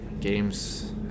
games